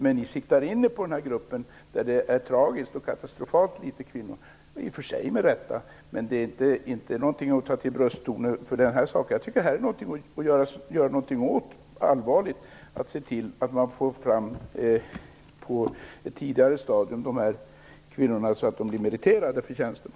Men ni siktar in er på den grupp där det finns katastrofalt litet kvinnor, i och för sig med rätta, men man skall inte ta till brösttoner här. Jag tycker att man skall göra något åt detta. Man måste se till att få fram dessa kvinnor på ett tidigare stadium så att de blir meriterade för tjänsterna.